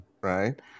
right